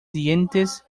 dientes